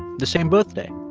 the same birthday?